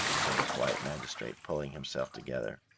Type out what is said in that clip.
said the police magistrate, pulling himself together.